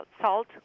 salt